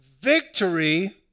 Victory